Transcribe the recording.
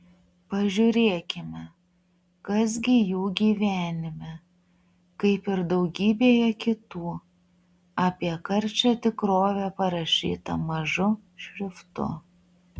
pažiūrėkime kas gi jų gyvenime kaip ir daugybėje kitų apie karčią tikrovę parašyta mažu šriftu